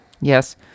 Yes